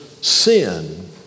sin